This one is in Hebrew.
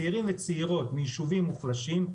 צעירים וצעירות מיישובים מוחלשים,